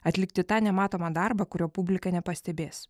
atlikti tą nematomą darbą kurio publika nepastebės